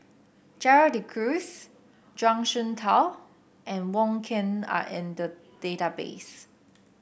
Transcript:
Gerald De Cruz Zhuang Shengtao and Wong Ken are in the database